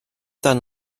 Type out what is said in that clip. dan